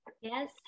Yes